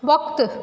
वक़्तु